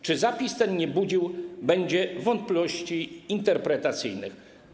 Czy zapis ten nie będzie budził wątpliwości interpretacyjnych?